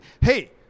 Hey